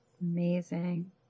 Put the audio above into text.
Amazing